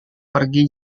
pergi